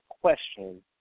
question